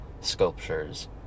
sculptures